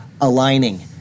aligning